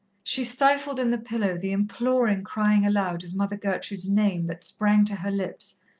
she stifled in the pillow the imploring crying aloud of mother gertrude's name that sprang to her lips,